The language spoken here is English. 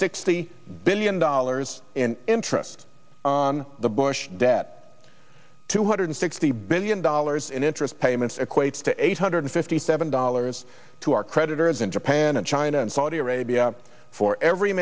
sixty billion dollars in interest on the bush debt two hundred sixty billion dollars in interest payments equates to eight hundred fifty thousand dollars to our creditors in japan and china and saudi arabia for every